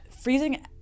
freezing